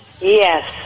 Yes